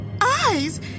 eyes